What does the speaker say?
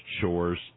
chores